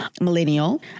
millennial